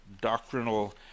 doctrinal